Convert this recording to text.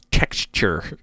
Texture